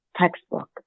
textbook